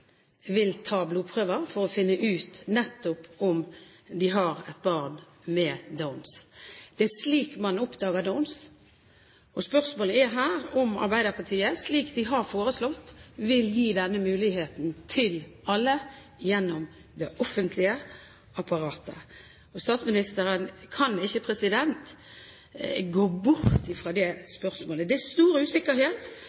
vil ta blodprøver for å finne ut nettopp om de har et barn med Downs syndrom. Det er slik man oppdager Downs syndrom. Spørsmålet er her om Arbeiderpartiet, slik de har foreslått, vil gi denne muligheten til alle gjennom det offentlige apparatet. Statsministeren kan ikke gå bort fra det